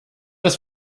das